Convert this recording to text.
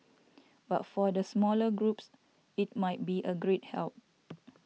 but for the smaller groups it might be a great help